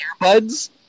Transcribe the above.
earbuds